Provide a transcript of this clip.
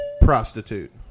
Prostitute